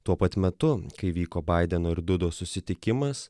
tuo pat metu kai vyko baideno ir dudos susitikimas